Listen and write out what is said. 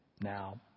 Now